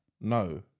No